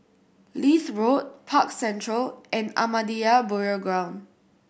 Leith Road Park Central and Ahmadiyya Burial Ground